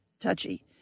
touchy